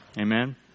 Amen